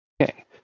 Okay